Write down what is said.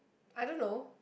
I don't know